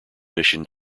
mission